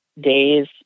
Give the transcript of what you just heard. days